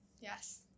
Yes